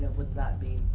would that be?